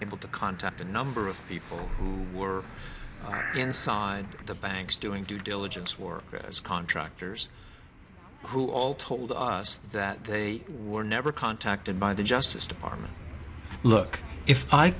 able to contact a number of people who were inside the banks doing due diligence work as contractors who all told us that they were never contacted by the justice department look if i